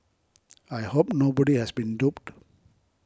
I hope nobody has been duped